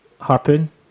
Harpoon